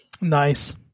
Nice